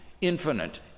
infinite